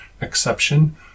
Exception